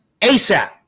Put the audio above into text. ASAP